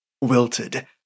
wilted